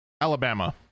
alabama